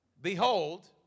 Behold